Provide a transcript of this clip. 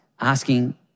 asking